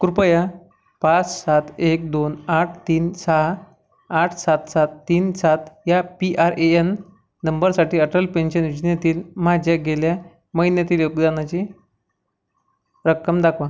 कृपया पाच सात एक दोन आठ तीन सहा आठ सात सात तीन सात या पी आर ए एन नंबरसाठी अटल पेन्शन योजनेतील माझ्या गेल्या महिन्यातील योगदानाची रक्कम दाखवा